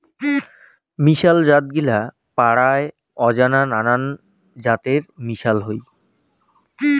মিশাল জাতগিলা পরায় অজানা নানান জাতের মিশল হই